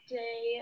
day